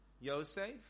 Yosef